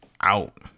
out